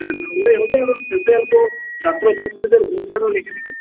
হ্যাঁ ছাত্র ছাত্রীদের ভূমিকা টাও লিখে দিবি